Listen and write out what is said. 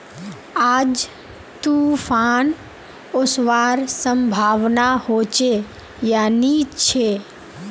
आज तूफ़ान ओसवार संभावना होचे या नी छे?